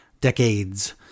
decades